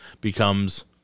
becomes